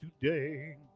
today